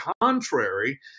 contrary